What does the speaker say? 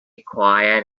quiet